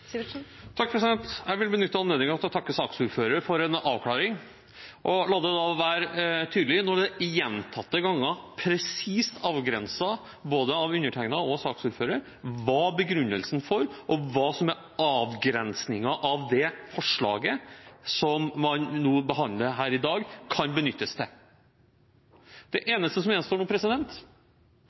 Jeg vil benytte anledningen til å takke saksordføreren for en avklaring. Og la det da være tydelig: Nå er det gjentatte ganger presist avgrenset, både av undertegnede og av saksordføreren, hva som er begrunnelsen for og hva avgrensningen av det forslaget man behandler her i dag, kan benyttes til. Det eneste som gjenstår nå,